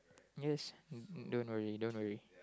yes don't worry don't worry